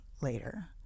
later